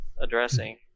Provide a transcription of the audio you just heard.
addressing